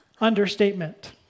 Understatement